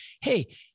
Hey